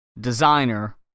Designer